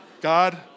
God